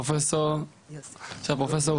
שפרופסור